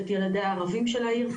את ילדיה הערבים של העיר.